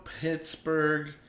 Pittsburgh